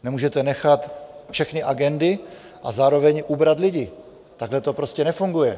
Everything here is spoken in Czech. Nemůžete nechat všechny agendy a zároveň ubrat lidi, takhle to prostě nefunguje.